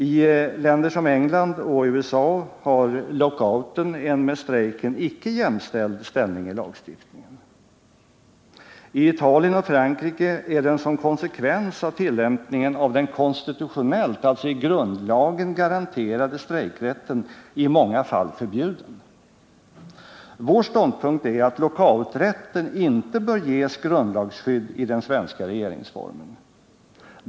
I länder som England och USA har lockouten en med strejken icke jämställd ställning i lagstiftningen. I Italien och Frankrike är den — som konsekvens av tillämpningen av den konstitutionellt, alltså i grundlagen, garanterade strejkrätten — i många fall förbjuden. Vår ståndpunkt är att lockouträtten inte bör ges grundlagsskydd i den svenska regeringsformen.